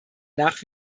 nach